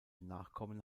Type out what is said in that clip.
nachkommen